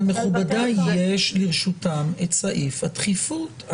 אבל מכובדי, יש לרשותם את סעיף הדחיפות.